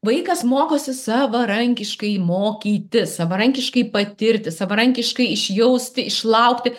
vaikas mokosi savarankiškai mokytis savarankiškai patirti savarankiškai išjausti išlaukti